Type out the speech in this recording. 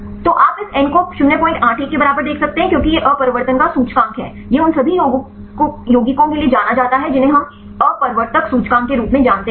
तो आप इस n को 081 के बराबर देख सकते हैं क्योंकि यह अपवर्तन का सूचकांक है यह उन सभी यौगिकों के लिए जाना जाता है जिन्हें हम अपवर्तक सूचकांक के रूप में जानते हैं